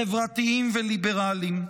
חברתיים וליברליים.